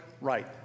right